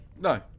No